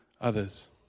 others